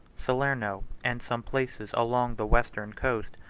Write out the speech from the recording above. salerno, and some places along the western coast,